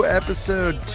episode